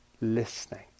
listening